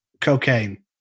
Cocaine